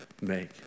make